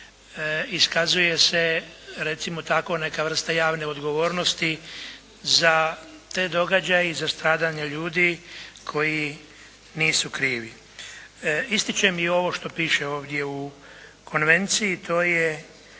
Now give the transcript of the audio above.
iskazuje se recimo tako jedna vrsta javne odgovornosti za te događaje i za stradanja ljudi koji nisu krivi. Ističem i ovo što piše ovdje u Konvenciji. To je